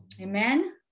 amen